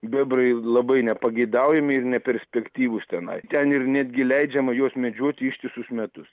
bebrai labai nepageidaujami ir neperspektyvūs tenai ten ir netgi leidžiama juos medžioti ištisus metus